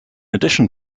addition